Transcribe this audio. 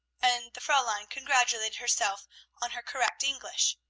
and the fraulein congratulated herself on her correct english.